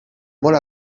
molt